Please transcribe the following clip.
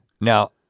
Now